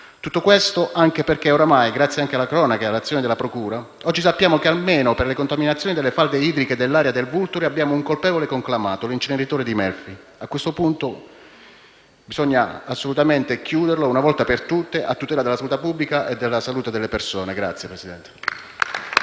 Tutto questo perché oramai, grazie anche alla cronaca e alle azioni della procura, oggi sappiamo che almeno per le contaminazioni delle falde idriche dell'area del Vulture abbiamo un colpevole conclamato: l'inceneritore di Melfi. A questo punto bisogna assolutamente chiuderlo, una volta per tutte, a tutela della salute pubblica delle persone. *(Applausi